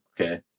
Okay